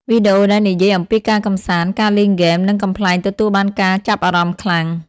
វីដេអូដែលនិយាយអំពីការកម្សាន្ត ការលេងហ្គេម និងកំប្លែងទទួលបានការចាប់អារម្មណ៍ខ្លាំង។